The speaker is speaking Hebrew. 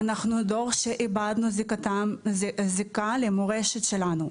אנחנו דור שאיבדנו זיקה למורשת שלנו.